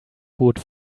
bot